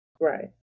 Right